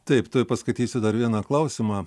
taip tuoj paskaitysiu dar vieną klausimą